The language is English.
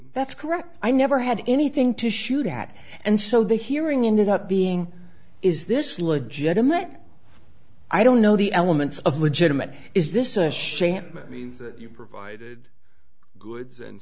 that's correct i never had anything to shoot at and so the hearing in and out being is this legitimate i don't know the elements of legitimate is this a sham you provided goods and